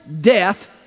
death